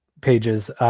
pages